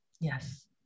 Yes